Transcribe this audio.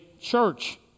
church